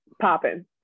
popping